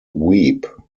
weep